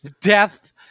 death